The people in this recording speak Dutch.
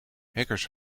hackers